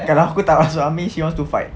kalau aku tak masuk army she wants to fight